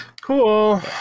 cool